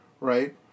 Right